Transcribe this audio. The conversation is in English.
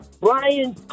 Brian